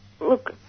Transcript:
Look